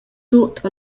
tut